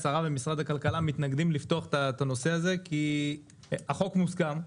השרה ומשרד הכלכלה מתנגדים לפתוח את הנושא הזה כי החוק מוסכם,